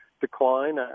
decline